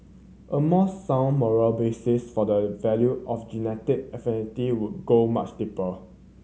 a more sound moral basis for the value of genetic affinity would go much deeper